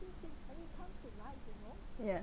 ya